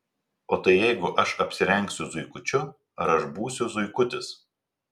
o tai jeigu aš apsirengsiu zuikučiu ar aš būsiu zuikutis